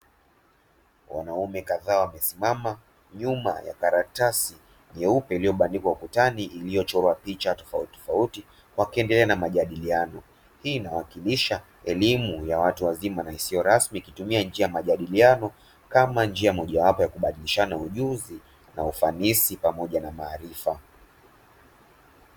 Wanaume kadhaa wamesimama nyuma ya karatasi nyeupe iliyobandikwa ukutani iliyochorwa picha tofauti tofauti wakiendelea na majadiliano. Hii inawakilisha elimu ya watu wazima na isiyo rasmi kutumia njia ya majadiliano kama njia mojawapo ya kubadilishana ujuzi na ufanisi pamoja na maarifa.